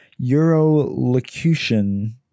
eurolocution